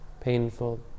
painful